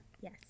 Yes